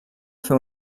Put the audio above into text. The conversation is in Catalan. fer